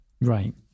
right